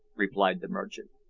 replied the merchant.